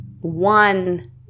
one